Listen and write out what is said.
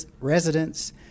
residents